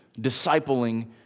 discipling